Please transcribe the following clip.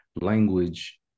language